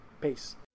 peace